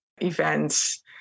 events